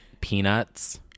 Peanuts